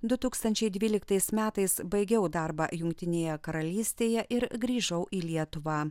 du tūkstančiai dvyliktais metais baigiau darbą jungtinėje karalystėje ir grįžau į lietuvą